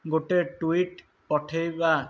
ଗୋଟେ ଟୁଇଟ୍ ପଠାଇବା